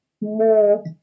more